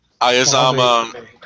Ayazama